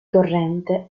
corrente